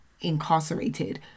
incarcerated